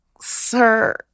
sir